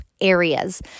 areas